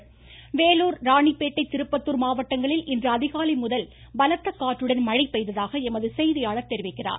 வேலூர் வேலூர் ராணிப்பேட்டை திருப்பத்தூர் மாவட்டங்களில் இன்று அதிகாலை முதல் பலத்த காற்றுடன் மழை பெய்ததாக எமது செய்தியாளர் தெரிவிக்கிறார்